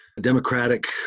Democratic